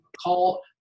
call